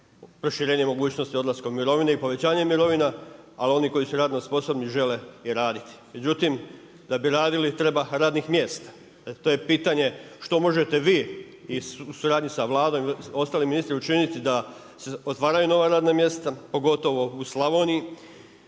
proširenje mogućnosti odlaska u mirovinu i povećanje mirovina ali oni koji su radno sposobni žele i raditi. Međutim, da bi radili treba radnih mjesta, to je pitanje što možete vi i u suradnji sa Vladom i sa ostalim ministrima učiniti da se otvaraju nova radna mjesta, pogotovo u Slavoniji,